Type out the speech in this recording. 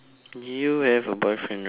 you have a boyfriend right